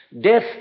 Death